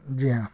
جی ہاں